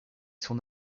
son